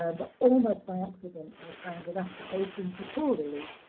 ah but almost by accident, i found an application for poor relief,